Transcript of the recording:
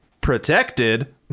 Protected